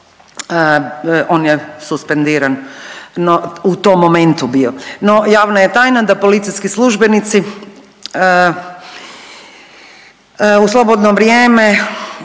on je suspendira u tom momentu bio, no javna je tajna da policijski službenici u slobodno vrijeme